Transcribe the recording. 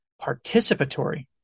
Participatory